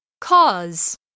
Cause